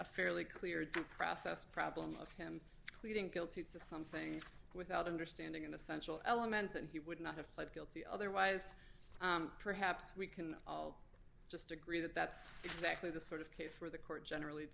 a fairly clear process problem of him pleading guilty to something without understanding in essential elements and he would not have pled guilty otherwise perhaps we can all just agree that that's exactly the sort of case where the court generally